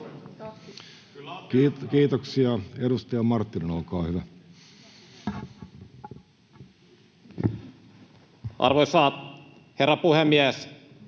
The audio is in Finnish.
Kiitoksia. — Edustaja Räsänen, olkaa hyvä. Arvoisa herra puhemies!